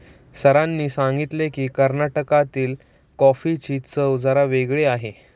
सरांनी सांगितले की, कर्नाटकातील कॉफीची चव जरा वेगळी आहे